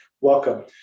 welcome